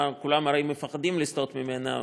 שכולם הרי מפחדים לסטות מהם,